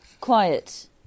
Quiet